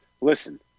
listen